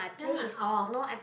ya lah oh